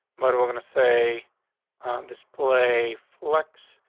but we're gonna say on this play flex,